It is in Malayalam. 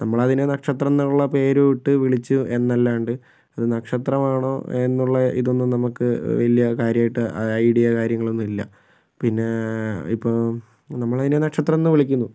നമ്മളതിനെ നക്ഷത്രം എന്നുള്ള പേർ ഇട്ട് വിളിച്ചു എന്നല്ലാണ്ട് ഇത് നക്ഷത്രമാണോ എന്നുള്ള ഇതൊന്നും നമുക്ക് വലിയ കാര്യമായിട്ട് ഐഡിയ കാര്യങ്ങളൊന്നും ഇല്ല പിന്നെ ഇപ്പോൾ നമ്മളതിനെ നക്ഷത്രം എന്ന് വിളിക്കുന്നു